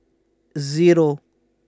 zero